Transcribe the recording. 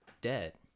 debt